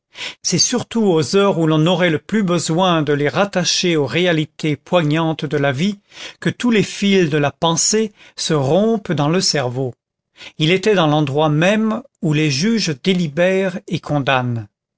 c'est surtout aux heures où l'on aurait le plus besoin de les rattacher aux réalités poignantes de la vie que tous les fils de la pensée se rompent dans le cerveau il était dans l'endroit même où les juges délibèrent et condamnent